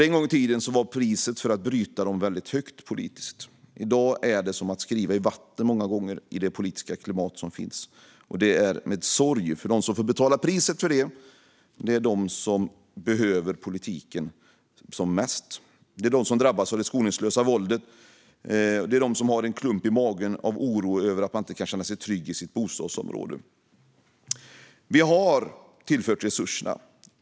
En gång i tiden var det politiska priset för att bryta dem väldigt högt, men i dagens politiska klimat är det många gånger som att skriva i vatten. Det konstaterar jag med sorg, för de som får betala priset för det är de som behöver politiken mest. Det är de som drabbas av det skoningslösa våldet, och det är de som har en klump i magen av oro över att man inte kan känna sig trygg i sitt bostadsområde. Vi har tillfört resurserna.